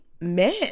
men